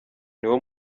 niwo